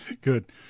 Good